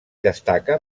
destaca